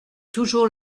toujours